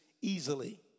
easily